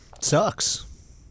Sucks